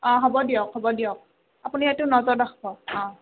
অঁ হ'ব দিয়ক হ'ব দিয়ক আপুনি এইটো নজৰ ৰাখব